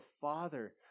father